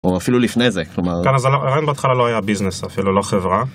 ‫או אפילו לפני זה, כלומר... ‫- אז הרעיון בהתחלה ‫לא היה ביזנס, אפילו לא חברה.